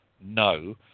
no